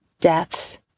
deaths